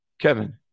Kevin